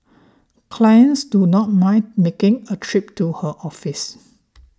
clients do not mind making a trip to her office